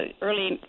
Early